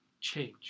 change